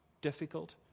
difficult